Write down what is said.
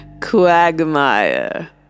quagmire